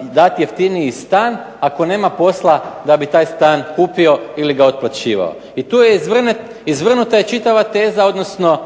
dati jeftiniji stan ako nema posla da bi taj stan kupio ili ga otplaćivao. I tu je izvrnuta čitava teza, odnosno